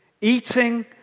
eating